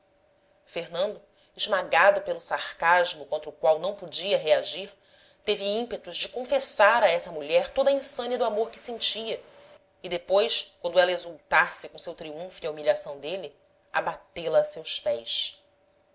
fernando esmagado pelo sarcasmo contra o qual não podia reagir teve ímpetos de confessar a essa mulher toda a insânia do amor que sentia e depois quando ela exultasse com seu triun fo e a humilhação dele abatê la a seus pés